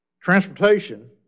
Transportation